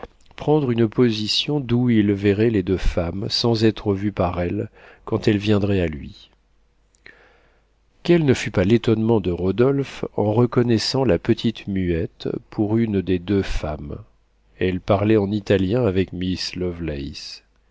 prendre une position d'où il verrait les deux femmes sans être vu par elles quand elles viendraient à lui quel ne fut pas l'étonnement de rodolphe en reconnaissant la petite muette pour une des deux femmes elle parlait en italien avec miss